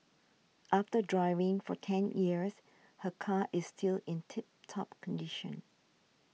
after driving for ten years her car is still in tip top condition